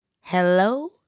hello